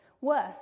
worse